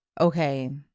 Okay